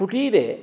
कुटीरे